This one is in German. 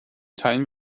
teilen